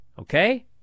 Okay